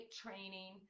training